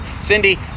Cindy